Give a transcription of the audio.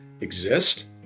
exist